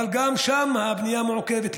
אבל גם שם הבנייה מעוכבת.